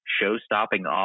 show-stopping